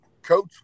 coach